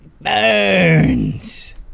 burns